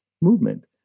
movement